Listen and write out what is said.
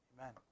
Amen